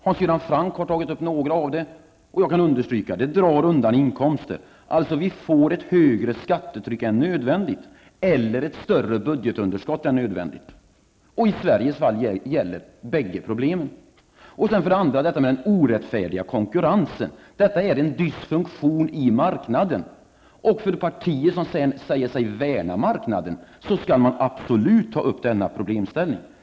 Hans Göran Franck har tagit upp några synpunkter. Jag kan bara understryka: Den drar undan inkomster för det allmänna. Vi får ett högre skattetryck än nödvändigt, eller ett större budgetunderskott än nödvändigt. I Sveriges fall gäller bägge problemen. Vidare har vi den orättfärdiga konkurrensen. Detta är en dysfunktion i marknaden. För partier som säger sig värna marknaden måste det absolut vara viktigt att ta upp denna probleminställning.